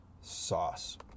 sauce